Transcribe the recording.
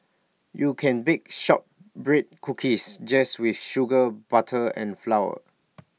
you can bake Shortbread Cookies just with sugar butter and flour